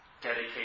dedicate